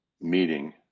meeting